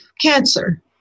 cancer